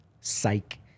psych